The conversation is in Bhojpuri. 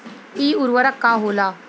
इ उर्वरक का होला?